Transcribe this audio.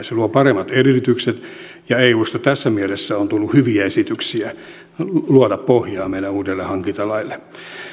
se luo paremmat edellytykset ja eusta tässä mielessä on tullut hyviä esityksiä luoda pohjaa meidän uudelle hankintalaille